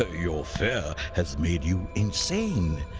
ah your fear has made you insane!